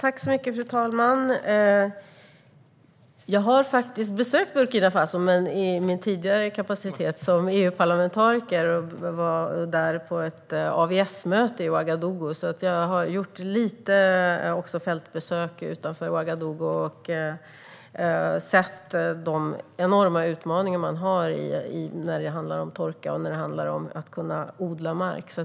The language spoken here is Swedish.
Fru talman! Jag har faktiskt besökt Burkina Faso i min tidigare kapacitet som EU-parlamentariker. Jag var där på ett AVS-möte i Ouagadougou och gjorde lite fältbesök utanför staden och såg de enorma utmaningar man har när det handlar om torka och om att kunna odla mark.